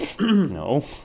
No